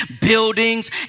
buildings